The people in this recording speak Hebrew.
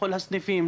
בכל הסניפים,